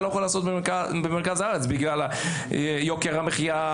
לא יכול לעשות במרכז הארץ בגלל יוקר המחיה,